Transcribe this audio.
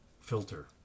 filter